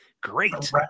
Great